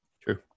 true